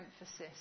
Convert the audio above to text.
emphasis